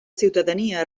ciutadania